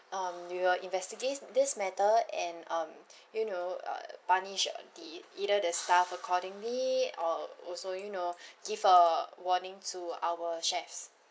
um we will investigate this matter and um you know uh punish the either the staff accordingly or also you know give a warning to our chefs